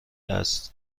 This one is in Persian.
است